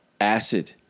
acid